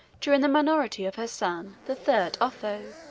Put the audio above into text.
during the minority of her son, the third otho